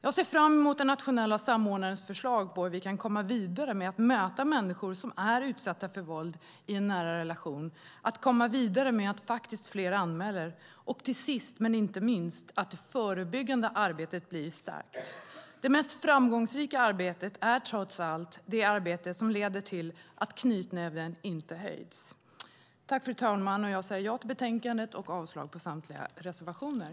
Jag ser fram emot den nationella samordnarens förslag på hur vi kan komma vidare med att möta människor som är utsatta för våld i en nära relation, att komma vidare med att fler anmäler och sist men inte minst att det förebyggande arbetet blir starkt. Det mest framgångsrika arbetet är trots allt det arbete som leder till att knytnäven inte höjs. Fru talman! Jag yrkar bifall till förslaget i betänkandet och avslag på samtliga reservationer.